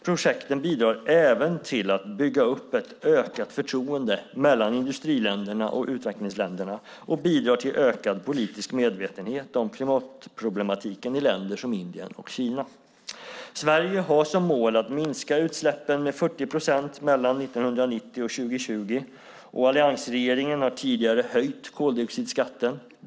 Projekten bidrar även till att bygga upp ett ökat förtroende mellan industriländerna och utvecklingsländerna och bidrar till ökad politisk medvetenhet om klimatproblematiken i länder som Indien och Kina. Sverige har som mål att minska utsläppen med 40 procent mellan 1990 och 2020. Alliansregeringen har tidigare höjt koldioxidskatten.